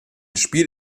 spiel